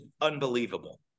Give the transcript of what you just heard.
unbelievable